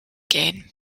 gain